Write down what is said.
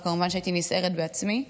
וכמובן שהייתי נסערת בעצמי.